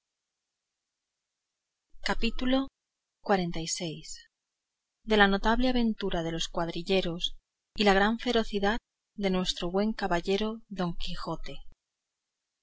capítulo xlvi de la notable aventura de los cuadrilleros y la gran ferocidad de nuestro buen caballero don quijote